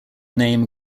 name